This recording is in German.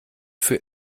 für